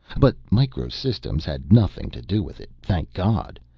but micro systems had nothing to do with it, thank god.